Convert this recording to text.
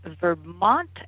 Vermont